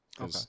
Okay